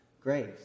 grace